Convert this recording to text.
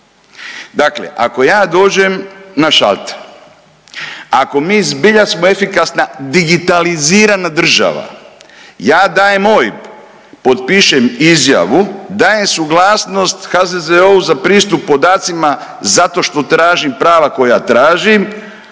Dakle ako ja dođem na šalter, ako mi zbilja smo efikasna digitalizirana država ja dajem OIB, potpišem izjavu, dajem suglasnost HZZO-u za pristup podacima zato što tražim prava koja tražim,